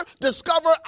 discover